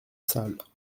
sales